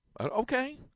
Okay